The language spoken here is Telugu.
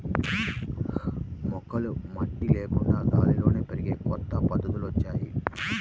మొక్కలు మట్టి లేకుండా గాల్లోనే పెరిగే కొత్త పద్ధతులొచ్చాయ్